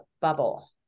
Bubble